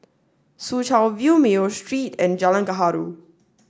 Soo Chow View Mayo Street and Jalan Gaharu